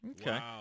Okay